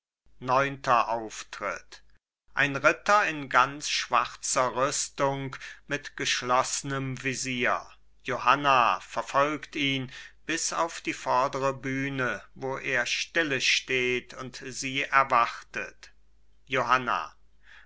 neunter auftritt ein ritter in ganz schwarzer rüstung mit geschloßnem visier johanna verfolgt ihn bis auf die vordere bühne wo er stille steht und sie erwartet johanna